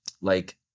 like-